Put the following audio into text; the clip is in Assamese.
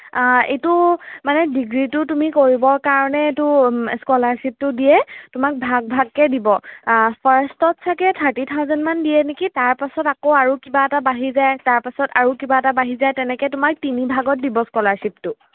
এইটো মানে ডিগ্ৰীটো তুমি কৰিবৰ কাৰণেতো স্কলাৰশ্বিপটো দিয়ে তোমাক ভাগ ভাগকৈ দিব ফাৰ্ষ্টত চাগে থাৰ্টি থাউচেণ্ডমান দিয়ে নেকি তাৰপাছত আকৌ আৰু কিবা এটা বাঢ়ি যায় তাৰপাছত আৰু কিবা এটা বাঢ়ি যায় তেনেকৈ তোমাৰ তিনিভাগত দিব স্কলাৰশ্বিপটো